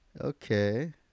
Okay